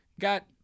got